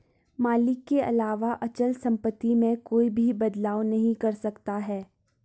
मालिक के अलावा अचल सम्पत्ति में कोई भी बदलाव नहीं कर सकता है